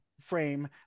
frame